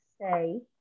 say